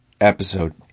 episode